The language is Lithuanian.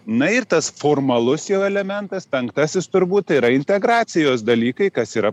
na ir tas formalus jau elementas penktasis turbūt tai yra integracijos dalykai kas yra